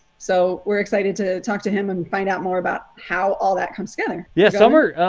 so we're excited to talk to him and find out more about how all that comes together. yeah, summer,